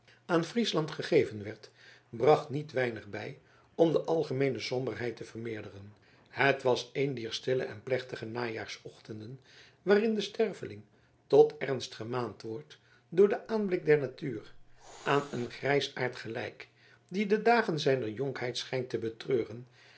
aan friesland gegeven werd bracht niet weinig bij om de algemeene somberheid te vermeerderen het was een dier stille en plechtige najaarsochtenden waarin de sterveling tot ernst gemaand wordt door den aanblik der natuur aan een grijsaard gelijk die de dagen zijner jonkheid schijnt te betreuren